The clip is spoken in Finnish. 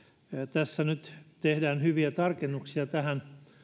tässä nyt tehdään hyviä tarkennuksia tähän